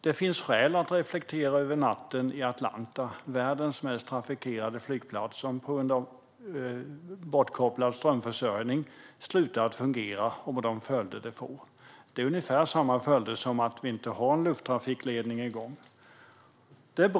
Det finns skäl att reflektera över natten i Atlanta, världens mest trafikerade flygplats, som på grund av bortkopplad strömförsörjning slutade att fungera, och över de följder detta får. Det är ungefär samma följder som om man inte har någon lufttrafikledning igång.